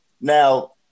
Now